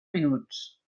minuts